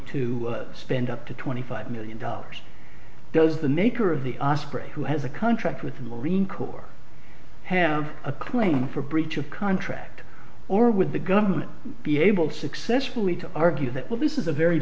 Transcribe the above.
to spend up to twenty five million dollars does the maker of the spray who has a contract with the marine corps have a claim for breach of contract or would the government be able to successfully to argue that well this is a very